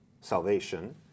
salvation